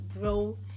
grow